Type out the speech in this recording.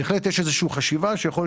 בהחלט יש איזושהי חשיבה שיכול להיות